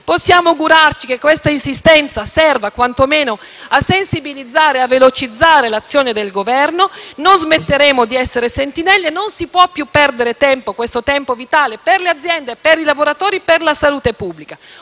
Possiamo augurarci che questa insistenza serva quantomeno a sensibilizzare e a velocizzare l'azione del Governo. Non smetteremo di essere sentinelle. Non si può più perdere tempo, un tempo vitale per le aziende, per i lavoratori, per la salute pubblica.